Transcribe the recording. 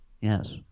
Yes